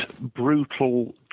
brutal